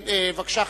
בבקשה,